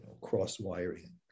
cross-wiring